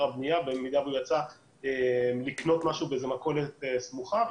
הבנייה במידה שהוא יצא לקנות משהו באיזושהי מכולת סמוכה.